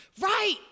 Right